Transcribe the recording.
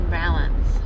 balance